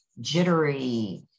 jittery